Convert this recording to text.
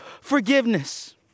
forgiveness